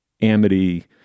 amity